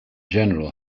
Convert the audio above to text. general